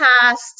past